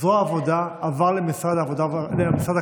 זרוע העבודה עברה למשרד הכלכלה,